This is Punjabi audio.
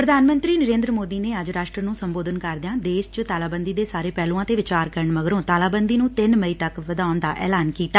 ਪ੍ਰਧਾਨ ਮੰਤਰੀ ਨਰੇਂਦਰ ਮੋਦੀ ਨੇ ਅੱਜ ਰਾਸ਼ਟਰ ਨੂੰ ਸੰਬੋਧਨ ਕਰਦਿਆਂ ਦੇਸ਼ ਚ ਤਾਲਬੰਦੀ ਦੇ ਸਾਰੇ ਪਹਿਲੂਆਂ ਤੇ ਵਿਚਾਰ ਕਰਨ ਮਗਰੋ ਤਾਲਾਬੰਦੀ ਨੂੰ ਤਿੰਨ ਮਈ ਤੱਕ ਵਧਾਉਣ ਦਾ ਐਲਾਨ ਕੀਤਾ